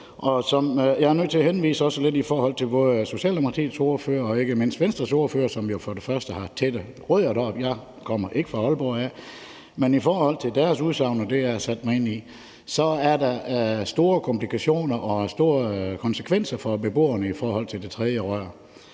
Jeg er nødt til at henvise til både Socialdemokratiets ordfører og ikke mindst Venstres ordfører, som har dybe rødder deroppe; jeg kommer ikke fra Aalborg. Ifølge deres udsagn er der, som jeg har forstået det, store komplikationer og store konsekvenser for beboerne i forhold til det tredje rør.